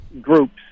groups